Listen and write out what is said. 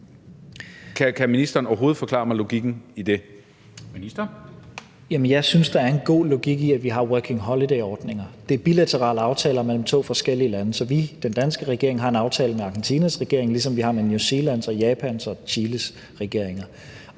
og integrationsministeren (Mattias Tesfaye): Jamen jeg synes, der er en god logik i, at vi har Working Holiday-ordninger. Det er bilaterale aftaler mellem to forskellige lande. Så vi, den danske regering, har en aftale med Argentinas regering, ligesom vi har med New Zealands og Japans og Chiles regeringer.